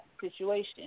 situation